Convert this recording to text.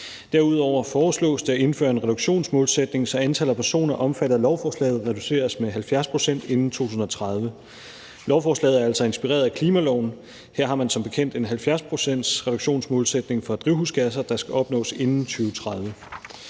Derudover foreslås det at indføre en reduktionsmålsætning, så antallet af personer omfattet af lovforslaget reduceres med 70 pct. inden 2030. Lovforslaget er altså inspireret af klimaloven. Her har man som bekendt en 70-procentsreduktionsmålsætning for drivhusgasser, der skal opnås inden 2030.